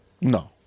No